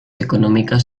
económicas